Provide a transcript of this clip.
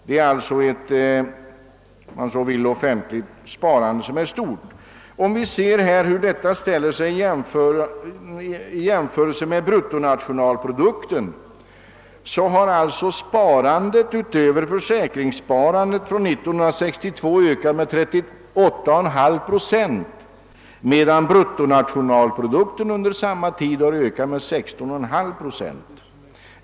Det är alltså fråga om ett stort offentligt sparande, om man vill kalla det så. Sparandet utöver försäkringssparandet har från år 1962 ökat med 38,5 procent, medan bruttonationalprodukten under samma tid har vuxit med 16,5 procent.